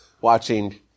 watching